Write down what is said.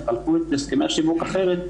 תחלקו את הסכמי השיווק אחרת,